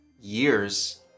years